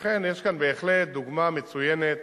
לכן, יש כאן בהחלט דוגמה מצוינת